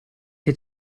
che